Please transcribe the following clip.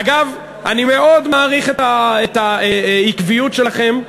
אגב, אני מאוד מעריך את העקביות שלכם,